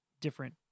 Different